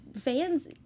fans